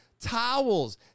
towels